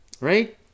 Right